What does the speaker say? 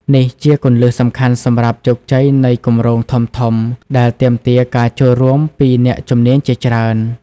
នេះជា គន្លឹះសំខាន់សម្រាប់ជោគជ័យនៃគម្រោងធំៗដែលទាមទារការចូលរួមពីអ្នកជំនាញជាច្រើន។